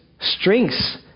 strengths